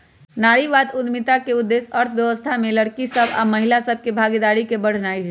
नारीवाद उद्यमिता के उद्देश्य अर्थव्यवस्था में लइरकि सभ आऽ महिला सभ के भागीदारी के बढ़ेनाइ हइ